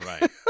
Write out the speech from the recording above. right